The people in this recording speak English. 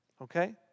Okay